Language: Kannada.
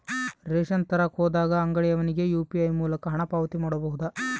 ರೇಷನ್ ತರಕ ಹೋದಾಗ ಅಂಗಡಿಯವನಿಗೆ ಯು.ಪಿ.ಐ ಮೂಲಕ ಹಣ ಪಾವತಿ ಮಾಡಬಹುದಾ?